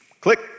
Click